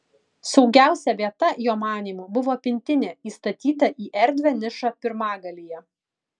saugiausia vieta jo manymu buvo pintinė įstatyta į erdvią nišą pirmagalyje